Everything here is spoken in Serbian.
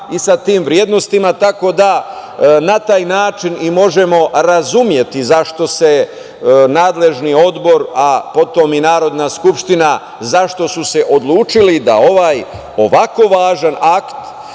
i sa tim vrednostima, tako da na taj način možemo razumeti zašto se nadležni odbor, a potom i Narodna skupština, zašto su se odlučili da ovaj ovako važan akt,